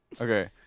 Okay